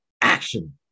action